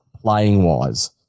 playing-wise